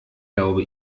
glaube